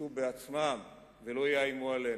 שישלטו בעצמם ולא יאיימו עלינו.